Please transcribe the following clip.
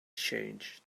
changed